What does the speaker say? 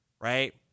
right